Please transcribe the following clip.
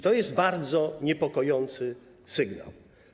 To jest bardzo niepokojący sygnał.